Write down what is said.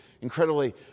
incredibly